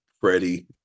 Freddie